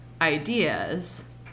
ideas